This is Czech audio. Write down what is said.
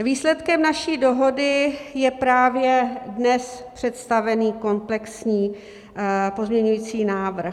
Výsledkem naší dohody je právě dnes představený komplexní pozměňovací návrh.